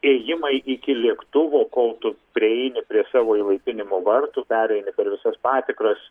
ėjimai iki lėktuvo kol tu prieini prie savo įlaipinimo vartų pereini per visas patikras